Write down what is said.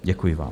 Děkuji vám.